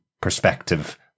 perspective